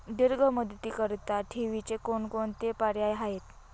दीर्घ मुदतीकरीता ठेवीचे कोणकोणते पर्याय आहेत?